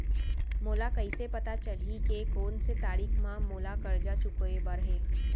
मोला कइसे पता चलही के कोन से तारीक म मोला करजा चुकोय बर हे?